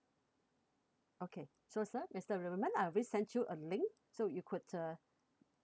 okay so sir mister raymond I already sent you a link so you could uh